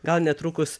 gal netrukus